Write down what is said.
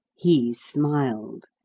he smiled,